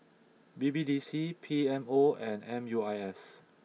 B B D C P M O and M U I S